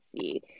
see